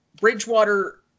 Bridgewater